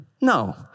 no